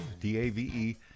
D-A-V-E